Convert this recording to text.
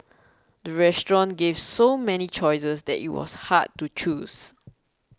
the restaurant gave so many choices that it was hard to choose